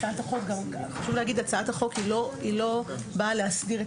איך אתם מפקחים עליו ועל